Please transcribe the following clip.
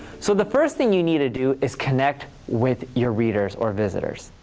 so the first thing you need to do is connect with your readers or visitors.